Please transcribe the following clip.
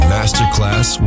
Masterclass